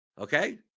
Okay